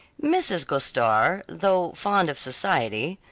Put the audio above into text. mrs. gostar, though fond of society,